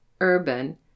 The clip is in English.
urban